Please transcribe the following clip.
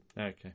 Okay